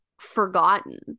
forgotten